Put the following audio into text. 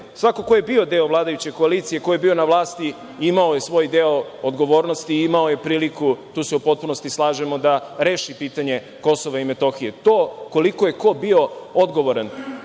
ko je bio deo vladajuće koalicije, ko je bio na vlasti imao je svoj deo odgovornosti, imao je priliku, tu se u potpunosti slažemo, da reši pitanje Kosova i Metohije. To, koliko je ko bio odgovoran,